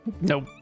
nope